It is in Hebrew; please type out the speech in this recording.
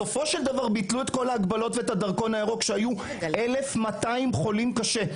ביטלו את כל ההגבלות ואת הדרכון הירוק כשהיו 1,200 חולים קשה,